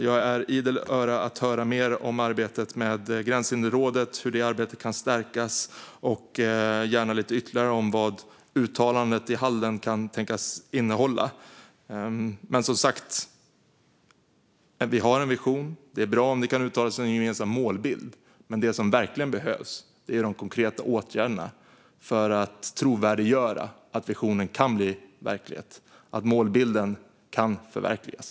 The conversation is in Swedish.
Jag är idel öra att höra mer om arbetet med Gränshinderrådet och hur det arbetet kan stärkas samt gärna lite ytterligare om vad uttalandet i Halden kan tänkas innehålla. Vi har som sagt en vision, och det är bra att om det kan uttalas en gemensam målbild. Men det som verkligen behövs är de konkreta åtgärderna för att trovärdiggöra att visionen kan bli verklighet och att målbilden kan förverkligas.